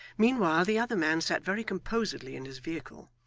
meanwhile, the other man sat very composedly in his vehicle,